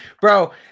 bro